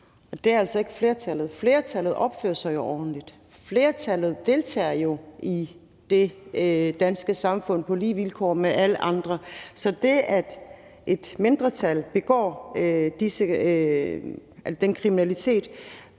det er altså ikke flertallet. Flertallet opfører sig jo ordentligt. Flertallet deltager i det danske samfund på lige fod med alle andre, så det, at et mindretal begår kriminalitet,